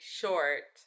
short